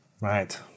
Right